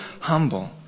humble